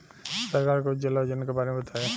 सरकार के उज्जवला योजना के बारे में बताईं?